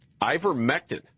Ivermectin